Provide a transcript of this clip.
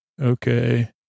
okay